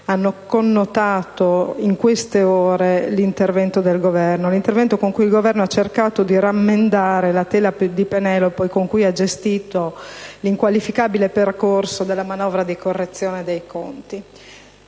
hanno connotato in queste ore l'intervento del Governo, l'intervento con cui il Governo ha cercato di rammendare la tela di Penelope con cui ha gestito l'inqualificabile percorso della manovra di correzione dei conti.